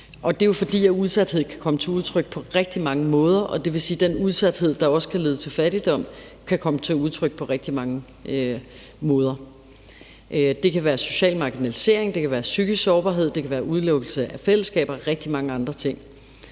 Det er jo, fordi udsathed kan komme til udtryk på rigtig mange måder, og det vil sige, at den udsathed, der også kan lede til fattigdom, kan komme til udtryk på rigtig mange måder. Det kan være social marginalisering, det kan være psykisk sårbarhed, det kan være udelukkelse fra fællesskaber og rigtig mange andre ting.